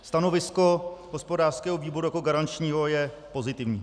Stanovisko hospodářského výboru jako garančního je pozitivní.